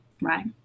Right